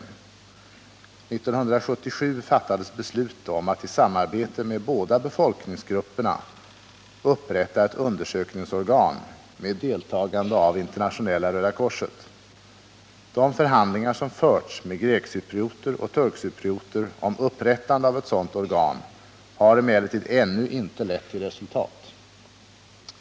1977 fattades beslut om att i samarbete med de båda befolkningsgrupperna upprätta ett undersökningsorgan med deltagande av Internationella röda korset. De förhandlingar som förts med grekcyprioter och turkcyprioter om upprättande av ett sådant organ har emellertid ännu inte lett till resultat.